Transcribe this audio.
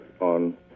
on